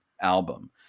album